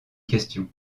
question